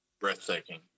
breathtaking